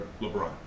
LeBron